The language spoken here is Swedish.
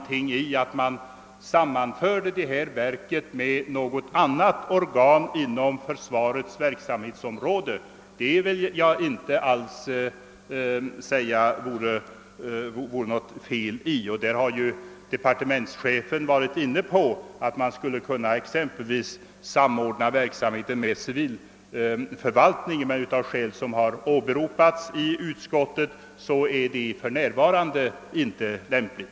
Tanken att sammanföra detta verk med något annat organ inom försvarets verksamhetsområde vill jag inte påstå vara felaktig. Departementschefen har varit inne på att man exempelvis skulle kunna samordna verksamheten med civilförvaltningen, men av skäl som har åberopats i utskottet är detta för närvarande inte lämpligt.